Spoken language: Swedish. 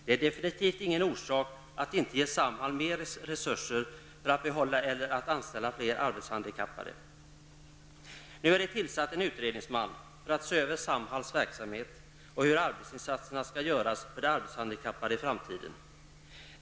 Det är definitivt ingen orsak att inte ge Samhall mer resurser för att behålla eller att anställa fler arbetshandikappade. En utredningsman är tillsatt för att se över Samhalls verksamhet och hur arbetsinsatserna för de arbetshandikappade skall utformas i framtiden.